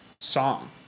song